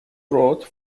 wrote